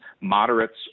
moderates